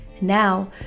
Now